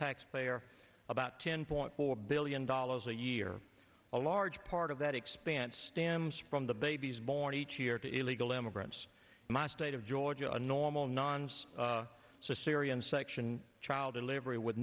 taxpayer about ten point four billion dollars a year a large part of that expense damns from the babies born each year to illegal immigrants my state of georgia a normal non's so syrian section child in livery with